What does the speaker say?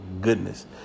goodness